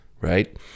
right